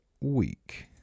week